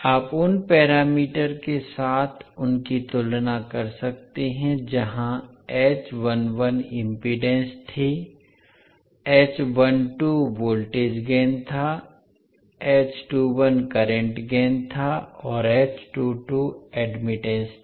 आप उन पैरामीटर के साथ उनकी तुलना कर सकते हैं जहां इम्पीडेन्स थी वोल्टेज गेन था करंट गेन था और एडमिटन्स था